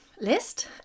list